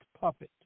puppet